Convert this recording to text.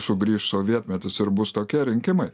sugrįš sovietmetis ir bus tokie rinkimai